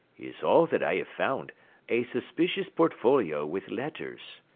is all that i have found a suspicious portfolio with letters.